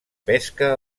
pesca